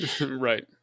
right